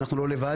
אנחנו לא לבד.